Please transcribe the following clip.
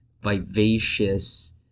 vivacious